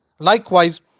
Likewise